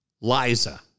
Liza